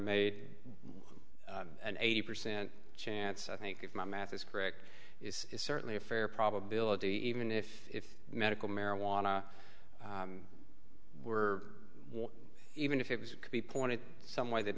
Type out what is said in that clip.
made an eighty percent chance i think if my math is correct it's certainly a fair probability even if medical marijuana were even if it could be pointed some way that